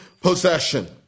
possession